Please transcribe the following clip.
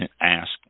ask